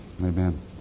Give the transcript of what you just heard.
Amen